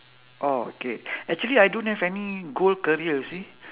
oh K actually I don't have any goal career you see